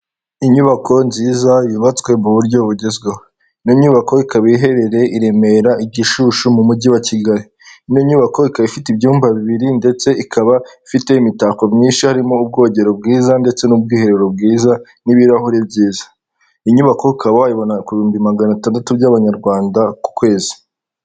Inyubako nziza yubatswe mu buryo bugezweho ,Ino nyubako ikaba iherereye i remera i gishushi mu mujyi wa kigali ino nyubako ikaba ifite ibyumba bibiri ndetse ikaba ifite imitako myinshi harimo ubwogero bwiza ndetse n'ubwiherero bwiza n'ibirahuri byiza ,inyubako ikaba wayibona ku bihumbi maganatandatu by'abanyarwanda ku kwezi.